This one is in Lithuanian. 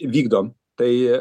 vykdom tai